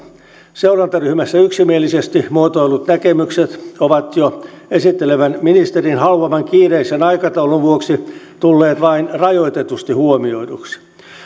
seurantaryhmässä yksimielisesti muotoillut näkemykset ovat jo esittelevän ministerin haluaman kiireisen aikataulun vuoksi tulleet vain rajoitetusti huomioiduiksi